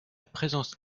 présence